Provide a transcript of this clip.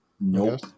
Nope